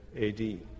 AD